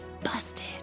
Busted